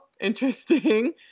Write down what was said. interesting